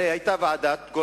הרי היתה ועדת-גולדברג.